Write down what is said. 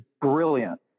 brilliant